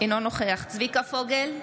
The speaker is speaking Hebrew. אינו נוכח צביקה פוגל,